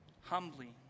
humbly